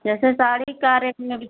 जैसे साड़ी का